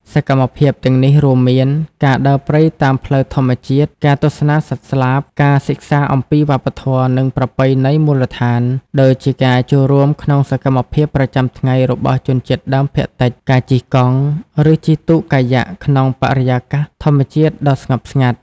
សកម្មភាពទាំងនេះរួមមាន ការដើរព្រៃតាមផ្លូវធម្មជាតិ ការទស្សនាសត្វស្លាប ការសិក្សាអំពីវប្បធម៌ និងប្រពៃណីមូលដ្ឋាន ដូចជាការចូលរួមក្នុងសកម្មភាពប្រចាំថ្ងៃរបស់ជនជាតិដើមភាគតិច ការជិះកង់ ឬជិះទូកកាយ៉ាក់ក្នុងបរិយាកាសធម្មជាតិដ៏ស្ងប់ស្ងាត់។